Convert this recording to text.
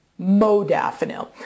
Modafinil